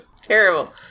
Terrible